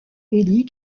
élie